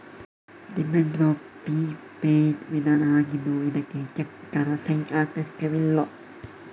demand draft prepaid ವಿಧಾನ ಆಗಿದ್ದು ಇದ್ಕೆ ಚೆಕ್ ತರ ಸಹಿ ಅಗತ್ಯವಿಲ್ಲ